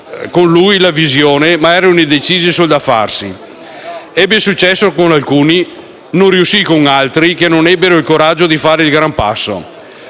la sua visione, ma erano indecisi sul da farsi. Ebbe successo con alcuni, non riuscì con altri, che non ebbero il coraggio di fare il gran passo.